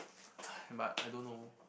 but I don't know